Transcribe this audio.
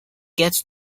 gets